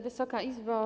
Wysoka Izbo!